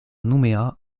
nouméa